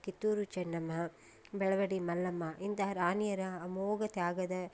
ಕಿತ್ತೂರು ಚನ್ನಮ್ಮ ಬೆಳವಡಿ ಮಲ್ಲಮ್ಮ ಇಂತಹ ರಾಣಿಯರ ಅಮೋಘ ತ್ಯಾಗದ